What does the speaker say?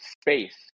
space